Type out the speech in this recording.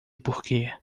porque